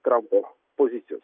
trampo pozicijos